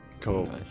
Cool